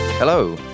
Hello